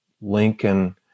Lincoln